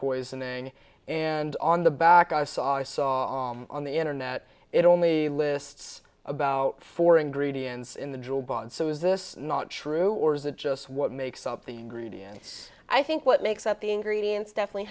poison and on the back i saw i saw on the internet it only lists about four ingredients in the job and so is this not true or is it just what makes up the ingredients i think what makes up the ingredients definitely